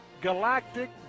galactic